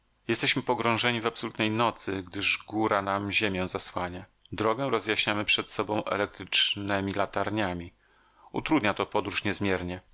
jesteśmy pogrążeni w absolutnej nocy gdyż góra nam ziemię zasłania drogę rozjaśniamy przed sobą elektrycznemi latarniami utrudnia to podróż niezmiernie